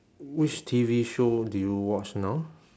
which T_V show do you watch now